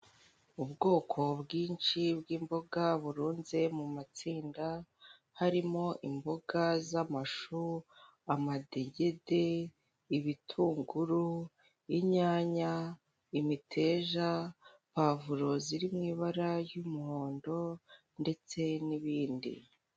Ubwoko bwinshi bw'imboga burunze mu matsinda, harimo imboga z'amashu, amadegede, ibitunguru, inyanya, imiteja, pavuro ziri mu ibara ry'umuhondo, ndetse n'ibindi.